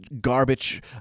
garbage